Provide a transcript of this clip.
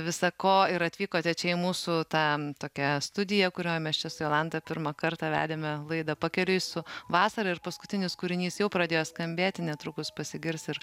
visa ko ir atvykote čia į mūsų tą tokią studija kurioj mes čia su jolanta pirmą kartą vedėme laidą pakeliui su vasara ir paskutinis kūrinys jau pradėjo skambėti netrukus pasigirs ir